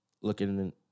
looking